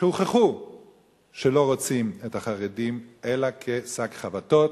שהוכח שלא רוצים את החרדים, אלא כשק חבטות.